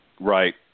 Right